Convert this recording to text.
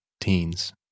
teens